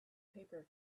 paper